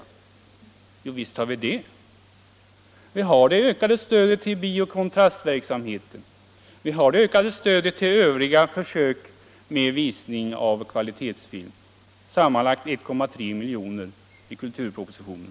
Jo, visst har vi det. Vi har det ökade stödet till Bio Kontrastverksamheten och till övriga försök med visning av kvalitetsfilm, sammanlagt 1,3 milj.kr., som anvisas i kulturpropositionen.